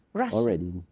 already